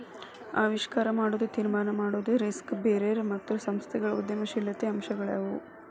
ಆವಿಷ್ಕಾರ ಮಾಡೊದು, ತೀರ್ಮಾನ ಮಾಡೊದು, ರಿಸ್ಕ್ ಬೇರರ್ ಮತ್ತು ಸಂಸ್ಥೆಗಳು ಉದ್ಯಮಶೇಲತೆಯ ಅಂಶಗಳಾಗ್ಯಾವು